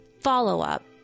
follow-up